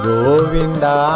Govinda